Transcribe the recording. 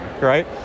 right